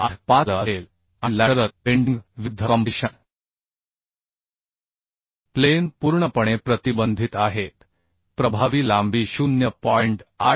85L असेल आणि बाजूकडील बेन्डीगविरूद्ध कॉम्प्रेशन प्लेन पूर्णपणे प्रतिबंधित आहेत प्रभावी लांबी 0